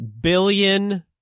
billion